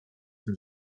tym